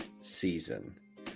season